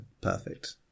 perfect